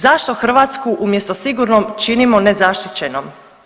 Zašto Hrvatsku umjesto sigurnom, činimo nezaštićenom?